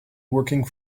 working